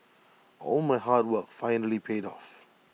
all my hard work finally paid off